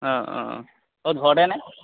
অঁ অঁ অঁ ক'ত ঘৰতে নে